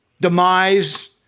demise